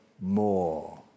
more